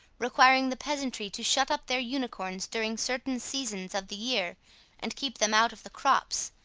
requiring the peasantry to shut up their unicorns during certain seasons of the year and keep them out of the crops,